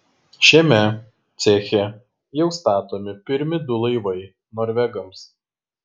šiame ceche jau statomi pirmi du laivai norvegams